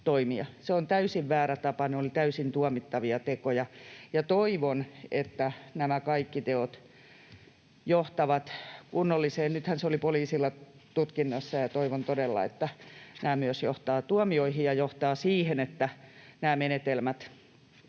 Se on täysin väärä tapa. Ne olivat täysin tuomittavia tekoja, ja toivon, että nämä kaikki teot johtavat kunnolliseen... Nythän se oli poliisilla tutkinnassa, ja toivon todella, että nämä myös johtavat tuomioihin ja johtavat siihen, että nämä menetelmät